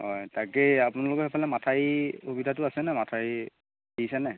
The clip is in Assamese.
হয় তাকেই আপোনালোকৰ সেইফালে মথাউৰি সুবিধাটো আছেনে মথাউৰি দিছেনে